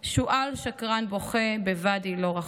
/ שועל שקרן בוכה בוואדי לא רחוק".